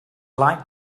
like